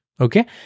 Okay